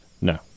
No